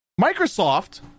Microsoft